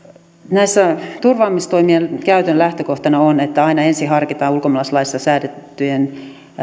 näiden turvaamistoimien käytön lähtökohtana on että aina ensin harkitaan ulkomaalaislaissa säädettyjen